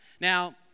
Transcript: Now